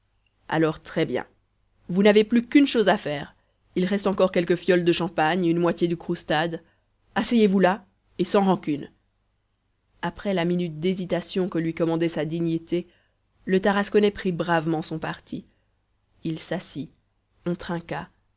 alors très bien vous n'avez plus qu'une chose à faire il reste encore quelques fioles de champagne une moitié de croustade asseyez-vous là et sans rancune après la minute d'hésitation que lui commandait sa dignité le tarasconnais prit bravement son parti il s'assit on